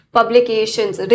Publications